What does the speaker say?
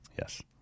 yes